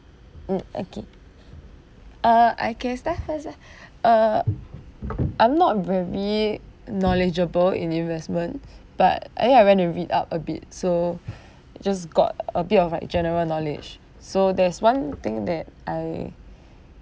mm okay uh I can start first ah uh I'm not very knowledgeable in investment but earlier I went to read up a bit so I just got a bit of like general knowledge so there's one thing that I